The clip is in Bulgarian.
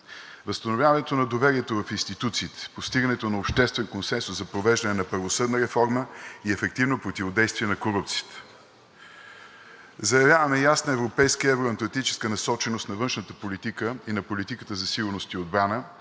възстановяването на доверието в институциите, постигането на обществен консенсус за провеждане на правосъдна реформа и ефективно противодействие на корупцията. Заявяваме ясна европейска евро-атлантическа насоченост на външната политика и на политиката за сигурност и отбрана,